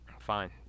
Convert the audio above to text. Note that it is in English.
fine